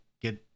get